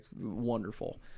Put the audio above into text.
wonderful